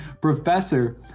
professor